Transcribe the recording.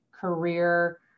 career